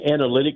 analytics